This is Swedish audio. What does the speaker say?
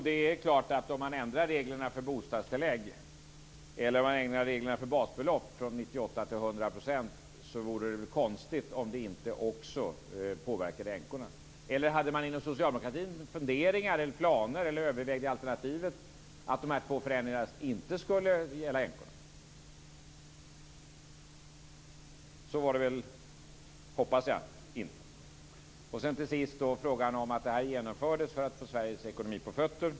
Herr talman! Om man ändrar reglerna för bostadstillägg eller ändrar reglerna för basbelopp från 98 % till 100 % vore det väl konstigt om det inte också påverkade änkorna. Övervägde ni inom socialdemokratin alternativet att de här två förändringarna inte skulle gälla änkorna? Så hoppas jag att det inte var. Till sist frågan om att detta genomfördes för att få Sveriges ekonomi på fötter.